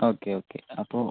okay okay അപ്പോൾ